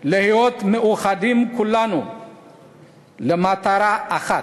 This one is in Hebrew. להיות מאוחדים כולנו למטרה אחת: